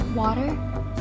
Water